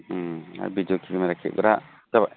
आरो video camera खेबग्रा जाबाय